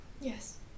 Yes